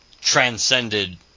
transcended